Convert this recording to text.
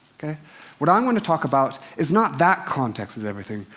what i'm going to talk about is not that context is everything,